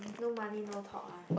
no money no talk ah